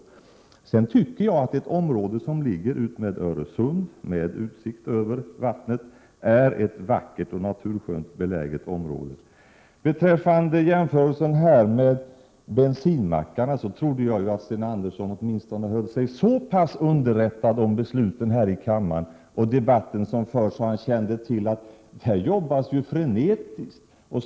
Jag vill också säga att jag tycker att detta område som ligger utmed Öresund, med utsikt över vattnet, är vackert och naturskönt beläget. Beträffande jämförelsen med bensinmackarna trodde jag att Sten Andersson höll sig så pass underrättad om besluten här i kammaren och den debatt som förs, att han kände till att det jobbas frenetiskt när det gäller problemet med bensinmackarna.